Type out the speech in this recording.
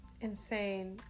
Insane